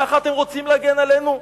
ככה אתם רוצים להגן עלינו?